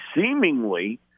seemingly